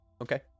Okay